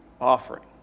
offering